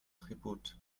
tribut